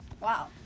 Wow